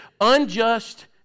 unjust